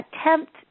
attempt